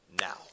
now